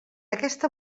aquesta